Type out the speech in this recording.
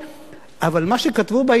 איך לכופף כפיות אולי.